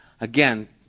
again